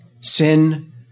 Sin